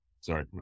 Sorry